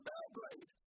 Belgrade